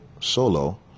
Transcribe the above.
solo